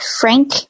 Frank